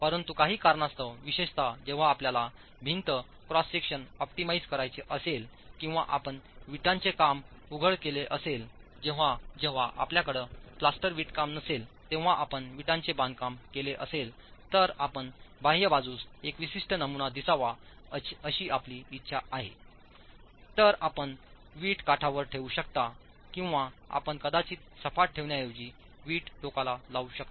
परंतु काही कारणास्तव विशेषत जेव्हा आपल्याला भिंत क्रॉस सेक्शन ऑप्टिमाइझ करायचे असेल किंवा आपण विटांचे काम उघड केले असेल जेव्हा जेव्हा आपल्याकडे प्लास्टर वीटकाम नसेल तेव्हा आपण विटांचे बांधकाम केले असेल तर आपण बाह्य बाजूस एक विशिष्ट नमुना दिसावा अशी आपली इच्छा आहे तर आपण वीट काठावर ठेवू शकता किंवा आपण कदाचित सपाट ठेवण्याऐवजी वीट टोकाला लावू शकता